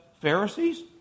Pharisees